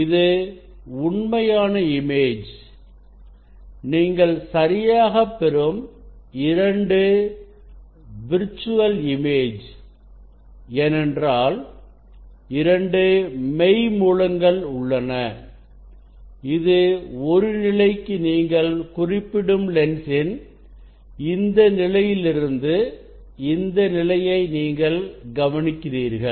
இது உண்மையான இமேஜ் நீங்கள் சரியாகப் பெறும் இரண்டு விர்ச்சுவல்இமேஜ் ஏனென்றால் இரண்டு மெய் மூலங்கள் உள்ளன இது ஒரு நிலைக்கு நீங்கள் குறிப்பிடும் லென்ஸின் இந்த நிலையில் இருந்து இந்த நிலையை நீங்கள் கவனிக்கிறீர்கள்